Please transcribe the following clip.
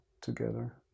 together